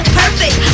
perfect